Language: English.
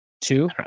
Two